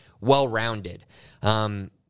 well-rounded